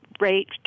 rate